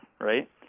right